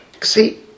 See